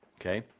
okay